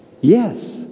Yes